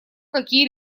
какие